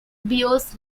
bears